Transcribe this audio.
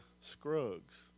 Scruggs